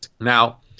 Now